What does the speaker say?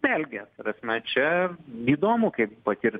vėlgi ta prasme čia įdomu kaip pati ir